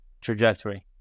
trajectory